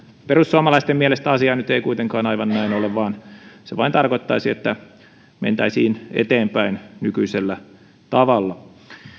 perussuomalaisten mielestä asia nyt ei kuitenkaan aivan näin ole vaan se vain tarkoittaisi että mentäisiin eteenpäin nykyisellä tavalla